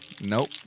nope